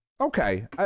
okay